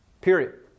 period